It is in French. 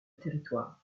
territoire